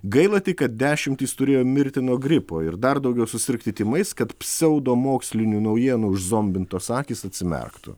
gaila tik kad dešimtys turėjo mirtino gripo ir dar daugiau susirgti tymais kad pseudomokslinių naujienų užzombintos akys atsimerktų